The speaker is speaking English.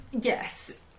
yes